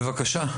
בבקשה,